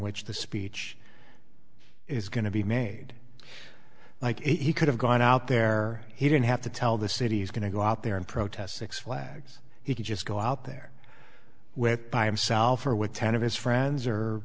which the speech is going to be made like he could have gone out there he didn't have to tell the city's going to go out there and protest six flags he could just go out there with by himself or with ten of his friends or